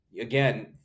again